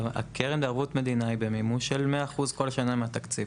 הקרן לערבות המדינה היא במימוש של 100% מהתקציב כל שנה.